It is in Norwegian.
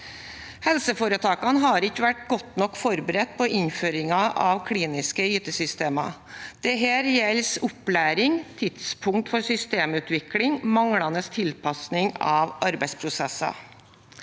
Helseforetakene har ikke vært godt nok forberedt på innføringen av kliniske ITsystemer. Dette gjelder opplæring, tidspunkt for systemutvikling og manglende tilpasning av arbeidsprosesser.